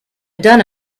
done